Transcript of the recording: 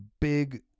big